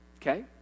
Okay